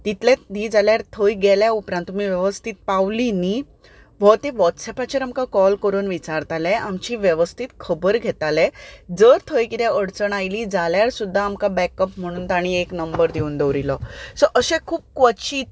तितलेंच न्ही जाल्यार थंय गेले उपरांत तुमी वेवस्थीत पावली न्ही हो ती आमकां वोट्सएपाचेर कोल करून विचारताले आमची वेवस्थीत खबर घेताले थंय कितें अडचण आयली जाल्यार सुद्दां एक बेकअप म्हणून तांणी आमकां एक नंबर दिवन दवरिल्लो सो अशें खूब कोचीत